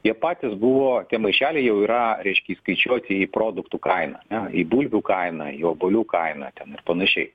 jie patys buvo tie maišeliai jau yra reiškia įskaičiuoti į produktų kainą į bulvių kainą į obuolių kainą ten ir panašiai